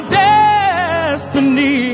destiny